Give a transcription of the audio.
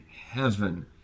Heaven